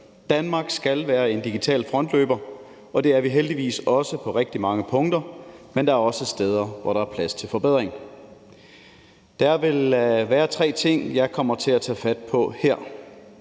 Danmark skal være en digital frontløber, og det er vi heldigvis også på rigtig mange punkter. Men der er også steder, hvor der er plads til forbedringer. Der vil være tre ting, som jeg kommer til at tage fat på her.